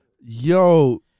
Yo